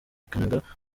itangazamakuru